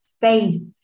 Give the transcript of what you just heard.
faith